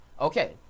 Okay